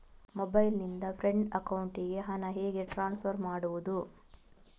Mobile ನಿಂದ friend ಅಕೌಂಟಿಗೆ ಹಣ ಹೇಗೆ ಟ್ರಾನ್ಸ್ಫರ್ ಮಾಡುವುದು?